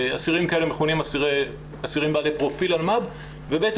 אסירים כאלה מכונים אסירים בעלי פרופיל אלמ"ב ובעצם